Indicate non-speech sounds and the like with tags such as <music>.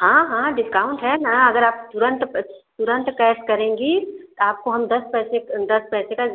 हाँ हाँ डिस्काउंट है ना अगर आप तुरंत <unintelligible> तुरंत कैश करेंगी आपको हम दस पैसे दस पैसे का